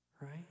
right